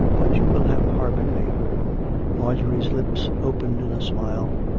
but you will have harboured me marjorie's lips opened in a smile.